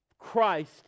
Christ